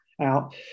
out